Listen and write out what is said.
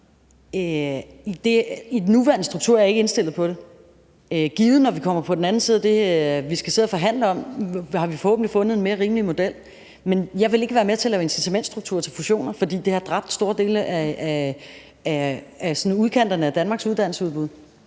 I den nuværende struktur er jeg ikke indstillet på det – givetvis, når vi kommer på den anden side af det, vi skal sidde og forhandle om, har vi forhåbentlig fundet en mere rimelig model. Men jeg vil ikke være med til at lave incitamentstruktur til fusioner, fordi det har dræbt store dele af sådan udkanterne af Danmarks uddannelsesudbud.